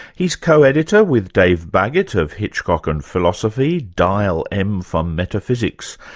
he's co-editor, with dave baggett of hitchcock and philosophy dial m for metaphysics,